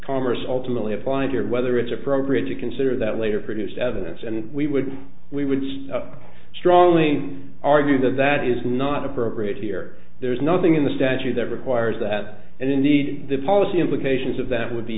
commerce ultimately applied here whether it's appropriate to consider that later produced evidence and we would we would strongly argue that that is not appropriate here there is nothing in the statute that requires that and indeed the policy implications of that would be